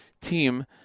team